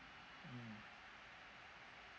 mm